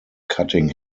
cutting